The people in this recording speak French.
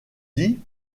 dit